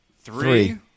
three